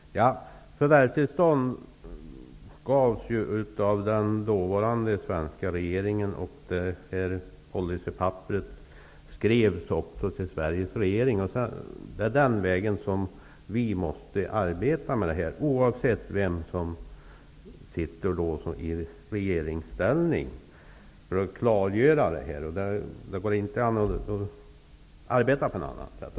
Fru talman! Förvärvstillstånd gavs av den dåvarande svenska regeringen, och policypapperet skrevs till Sveriges regering. Det är på den grunden som vi måste arbeta med detta, oavsett vem som sitter i regeringsställning. Det går inte att arbeta på något annat sätt.